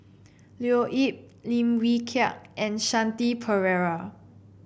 Leo Yip Lim Wee Kiak and Shanti Pereira